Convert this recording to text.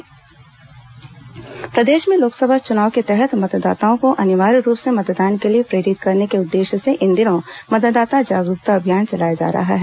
मतदाता जागरूकता कार्यक्रम प्रदेश में लोकसभा चुनाव के तहत मतदाताओं को अनिवार्य रूप से मतदान के लिए प्रेरित करने के उद्देश्य से इन दिनों मतदाता जागरूकता अभियान चलाया जा रहा है